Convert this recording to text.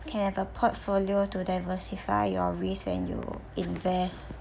can have a portfolio to diversify your risk when you invest